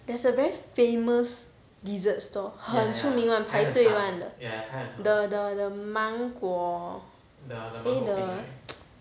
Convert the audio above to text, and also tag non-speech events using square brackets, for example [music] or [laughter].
there's a very famous dessert store 很出名 [one] 排很长队 [one] the the the 芒果 eh the [noise]